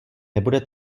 nebude